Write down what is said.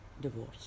divorce